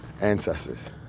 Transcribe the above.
ancestors